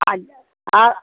आज आ